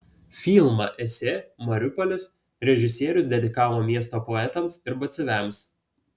filmą esė mariupolis režisierius dedikavo miesto poetams ir batsiuviams